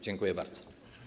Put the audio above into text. Dziękuję bardzo.